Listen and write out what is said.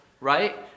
right